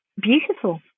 beautiful